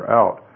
out